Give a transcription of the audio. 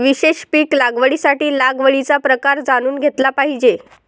विशेष पीक लागवडीसाठी लागवडीचा प्रकार जाणून घेतला पाहिजे